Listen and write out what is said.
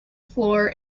floor